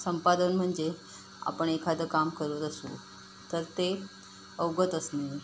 संपादन म्हणजे आपण एखादं काम करत असू तर ते अवगत असणे